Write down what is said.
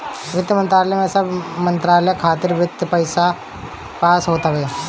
वित्त मंत्रालय में सब मंत्रालय खातिर वित्त पास होत हवे